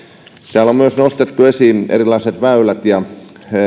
täällä on myös nostettu esiin erilaiset väylät ja se